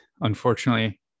unfortunately